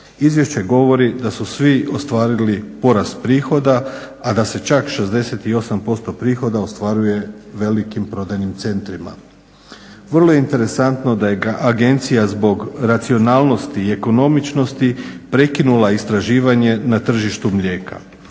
Izvješće govori da su svi ostvarili porast prihoda, a da se čak 68% prihoda ostvaruje u velikim prodajnim centrima. Vrlo je interesantno da je agencija zbog racionalnosti i ekonomičnosti prekinula istraživanje na tržištu mlijeka.